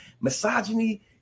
misogyny